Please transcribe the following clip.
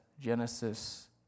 Genesis